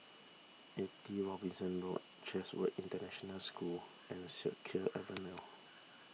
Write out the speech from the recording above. eighty Robinson Road Chatsworth International School and Siak Kew Avenue